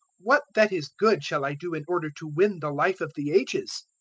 what that is good shall i do in order to win the life of the ages?